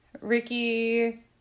Ricky